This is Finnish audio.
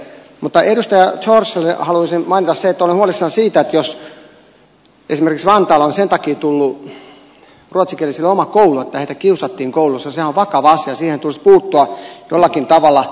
mutta edustaja thorsille haluaisin mainita sen että olen huolissani siitä jos esimerkiksi vantaalla on sen takia tullut ruotsinkielisille oma koulu että heitä kiusattiin koulussa sehän on vakava asia siihen tulisi puuttua jollakin tavalla